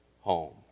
home